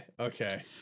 okay